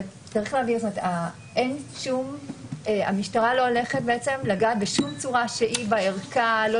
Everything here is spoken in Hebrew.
צריך להבין שהמשטרה לא הולכת לגעת בשום צורה שהיא בערכה לא